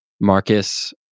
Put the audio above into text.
Marcus